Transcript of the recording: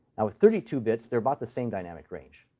now, with thirty two bits, they're about the same dynamic range.